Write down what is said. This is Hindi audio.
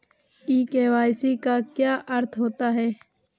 ई के.वाई.सी का क्या अर्थ होता है?